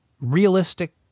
realistic